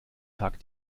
tag